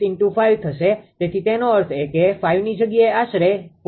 86×5 થશે તેથી તેનો અર્થ એ કે 5 ની જગ્યાએ આશરે 4